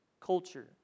culture